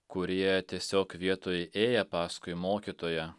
kurie tiesiog vietoj ėję paskui mokytoją